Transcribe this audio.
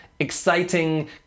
Exciting